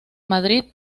madrid